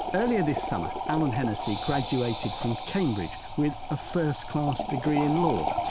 earlier this summer allan hennessey graduated from cambridge with a first class degree in law.